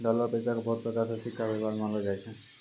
dollar पैसा के बहुते प्रकार के सिक्का वेवहार मे आनलो जाय छै